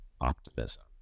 Optimism